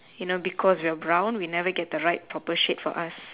you know because we are brown we never get the right proper shade for us